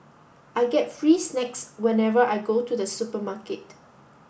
I get free snacks whenever I go to the supermarket